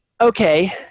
Okay